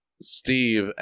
Steve